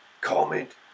comment